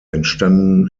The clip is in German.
entstanden